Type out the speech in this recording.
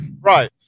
Right